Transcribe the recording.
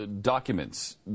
documents